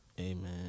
Amen